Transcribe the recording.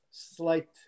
Slight